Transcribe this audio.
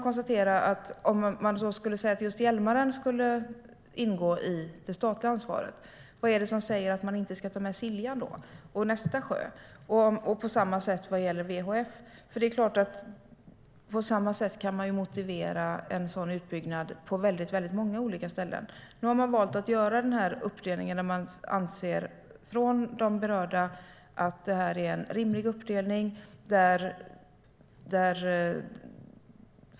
Om man skulle säga att just Hjälmaren skulle ingå i det statliga ansvaret undrar jag: Vad är det som säger att man inte ska ta med Siljan och nästa sjö? Det är på samma sätt vad gäller VHF. Det är klart att man på samma sätt kan motivera en sådan utbyggnad på många olika ställen. Nu har man valt att göra den här uppdelningen. De berörda anser att det är en rimlig uppdelning.